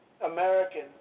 American